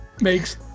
makes